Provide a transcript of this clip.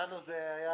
לנו כל רגע היה תענוג.